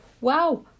wow